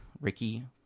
Ricky